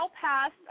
passed